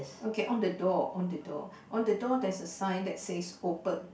okay on the door on the door on the door there's a sign that says open